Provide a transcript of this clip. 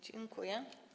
Dziękuję.